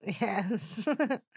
Yes